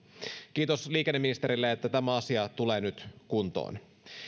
kiitos liikenneministerille että tämä asia tulee nyt kuntoon